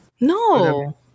No